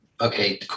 okay